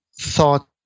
thought